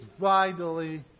vitally